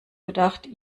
gedacht